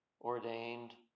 ordained